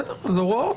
הוראות.